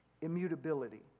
immutability